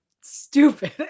Stupid